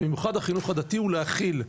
במיוחד החינוך הדתי הוא להכיל,